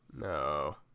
No